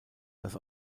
dass